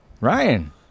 Ryan